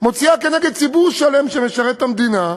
מוציאה כנגד ציבור שלם שמשרת את המדינה,